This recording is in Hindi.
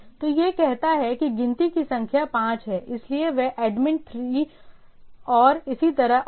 तो यह कहता है कि गिनती की संख्या 5 है इसलिए वह एडमिन 3 और इसी तरह और आगे